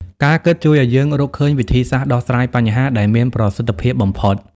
ការគិតជួយឱ្យយើងរកឃើញវិធីសាស្ត្រដោះស្រាយបញ្ហា ដែលមានប្រសិទ្ធភាពបំផុត។